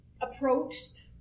approached